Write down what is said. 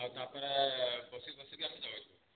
ଆଉ ତାପରେ ଏ ବସି ବସିକି ଆମେ ଯାଉଛୁ